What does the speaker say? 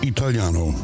Italiano